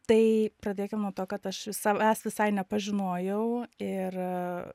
tai pradėkim nuo to kad aš vis savęs visai nepažinojau ir